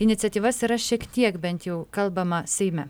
iniciatyvas yra šiek tiek bent jau kalbama seime